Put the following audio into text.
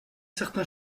certain